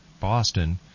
Boston